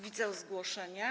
Widzę zgłoszenie.